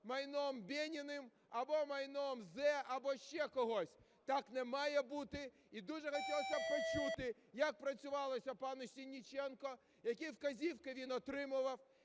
майном Бєніним, або майном "Зе", або ще когось? Так не має бути. І дуже хотілося б почути, як працювалося пану Сенниченку, які вказівки він отримував,